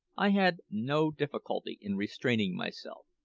i had no difficulty in restraining myself.